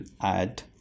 add